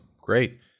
Great